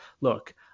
Look